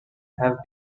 have